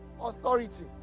authority